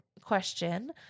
Question